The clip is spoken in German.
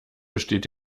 besteht